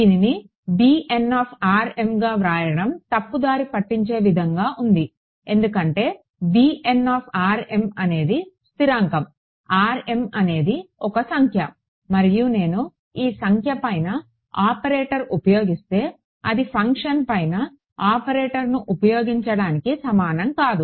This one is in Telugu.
దీనిని bnగా వ్రాయడం తప్పుదారి పట్టించే విధంగా ఉంది ఎందుకంటే bn అనేది స్థిరాంకం rm అనేది ఒక సంఖ్య మరియు నేను ఈ సంఖ్య పైన ఆపరేటర్ ఉపయోగిస్తే అది ఫంక్షన్ పైన ఆపరేటర్ను ఉపయోగించడానికి సమానం కాదు